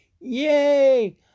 Yay